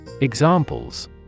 Examples